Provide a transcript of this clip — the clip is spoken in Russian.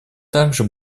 также